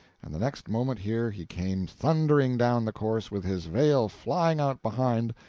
and the next moment here he came thundering down the course with his veil flying out behind,